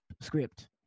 script